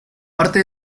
parte